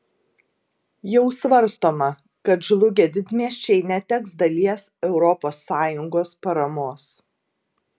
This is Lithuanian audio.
jau svarstoma kad žlugę didmiesčiai neteks dalies europos sąjungos paramos